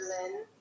Berlin